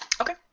Okay